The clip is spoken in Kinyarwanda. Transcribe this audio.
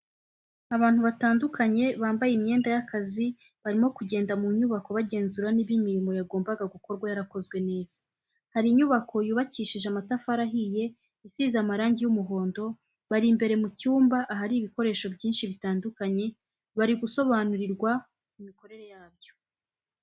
Abantu batandukanye bambaye imyenda y'akazi barimo kugenda mu nyubako bagenzura niba imirimo yagombaga gukorwa yarakozwe neza, hari inyubako yubakishije amatafari ahiye isize amarangi y'umuhondo, bari imbere mu cyumba ahari ibikoresho byinshi bitandukanye bari gusobanurirwa imikorere yabyo.